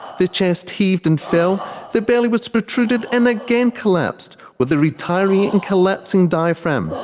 the chest heaved and fell, the belly was protruded and again collapsed, with the retiring and collapsing diaphragm.